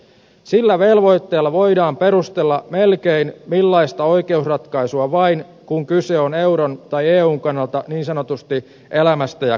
sillä velvoitteella voidaan perustella melkein millaista oikeusratkaisua vain kun kyse on euron tai eun kannalta niin sanotusti elämästä ja kuolemasta